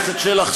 חבר הכנסת שלח,